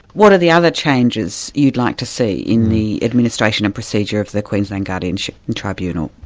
what are the other changes you'd like to see in the administration and procedure of the queensland guardianship and tribunal?